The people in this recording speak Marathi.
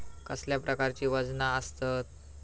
कसल्या प्रकारची वजना आसतत?